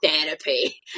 therapy